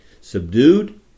subdued